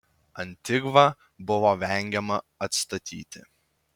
antigvą buvo vengiama atstatyti